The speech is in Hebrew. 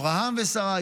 אברהם ושרה,